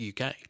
UK